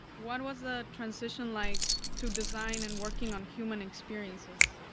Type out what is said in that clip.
what was the transition like to design and working on human experiences?